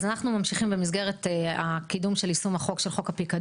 אז אנחנו ממשיכים במסגרת הקידום של יישום חוק הפיקדון,